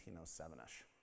1907-ish